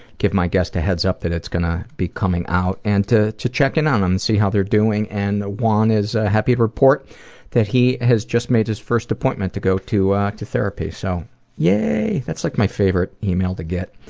give my guests a heads up that it's gunna be coming out and to to check in on see how they're doing and juan is happy to report that he has just made his first appointment to go to to therapy. so yay, that's like my favorite email to get.